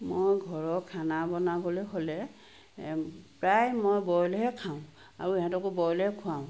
মই ঘৰৰ খানা বনাবলৈ হ'লে প্ৰায় মই বইলহে খাওঁ আৰু ইহঁতকো বইলহে খুৱাওঁ